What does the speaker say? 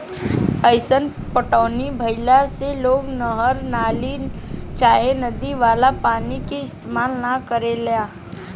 अईसन पटौनी भईला से लोग नहर, नाला चाहे नदी वाला पानी के इस्तेमाल न करेला